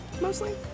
mostly